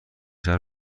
شهر